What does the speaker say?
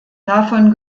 davon